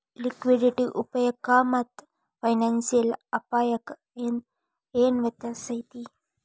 Liquidity ಅಪಾಯಕ್ಕಾಮಾತ್ತ financial ಅಪ್ಪಾಯಕ್ಕ ಏನ್ ವ್ಯತ್ಯಾಸೈತಿ?